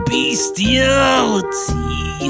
bestiality